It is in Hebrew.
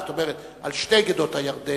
זאת אומרת על שתי גדות הירדן,